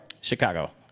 Chicago